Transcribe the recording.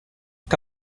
que